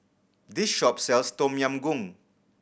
this shop sells Tom Yam Goong